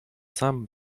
sam